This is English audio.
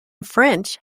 french